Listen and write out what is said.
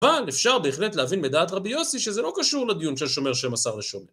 אבל אפשר בהחלט להבין מדעת רבי יוסי שזה לא קשור לדיון של שומר שמסר לשומר.